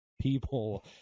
People